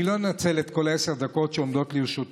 אני לא אנצל את כל עשר הדקות שעומדות לרשותי,